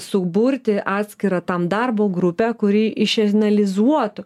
suburti atskirą tam darbo grupę kuri išanalizuotų